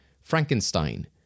Frankenstein